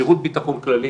שירות ביטחון כללי